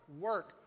work